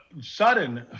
sudden